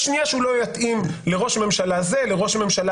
בשנייה שהוא לא יתאים לראש ממשלה זה או אחר,